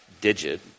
digit